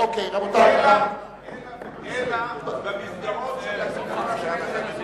אלא במסגרות של ועדת הכנסת,